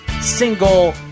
single